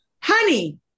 honey